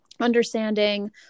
understanding